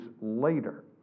later